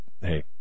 Hey